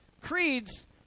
Creeds